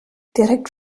direkt